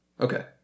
Okay